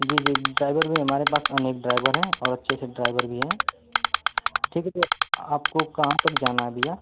जी जी ड्राइवर भी हमारे पास अनेक ड्राइवर हैं और अच्छे अच्छे ड्राइवर भी हैं ठीक है तो आपको कहाँ तक जाना है भैया